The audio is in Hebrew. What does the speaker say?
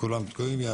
כולם תקועים.